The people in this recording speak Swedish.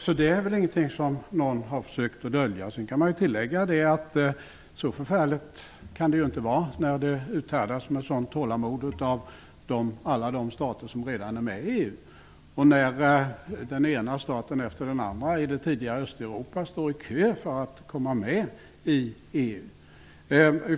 Sedan kan jag tillägga att det inte kan vara så förfärligt, när medlemskapet uthärdas med sådant tålamod av alla de stater som redan är med i EU och när den ena staten efter den andra i det tidigare Östeuropa står i kö för att komma med i EU.